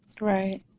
right